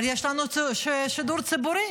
אבל יש לנו שידור ציבורי,